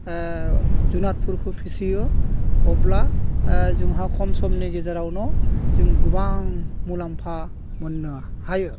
जुनादफोरखौ फिसियो अब्ला जोंहा खम समनि गेजेरावनो जों गोबां मुलाम्फा मोन्नो हायो